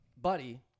buddy